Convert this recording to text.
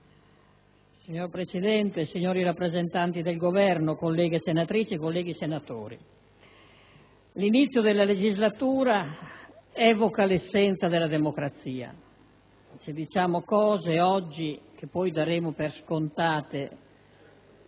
Signor Presidente, signori rappresentanti del Governo, colleghe senatrici e colleghi senatori, l'inizio della legislatura evoca l'essenza della democrazia. Oggi affermiamo cose che poi daremo per scontate